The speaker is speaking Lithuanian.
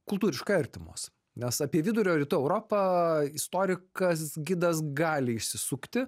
kultūriškai artimos nes apie vidurio ir rytų europą istorikas gidas gali išsisukti